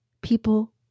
people